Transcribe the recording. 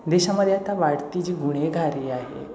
देशामध्ये आता वाढती जी गुन्हेगारी आहे